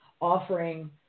offering